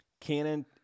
Canon